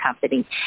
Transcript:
Company